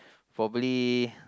probably